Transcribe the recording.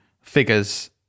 figures